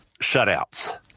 shutouts